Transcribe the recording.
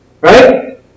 Right